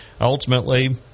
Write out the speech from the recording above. ultimately